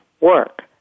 work